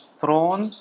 throne